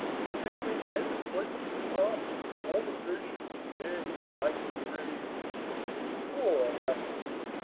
and straightway men appointed to the task from all the phocians bear his mighty frame poor ashes!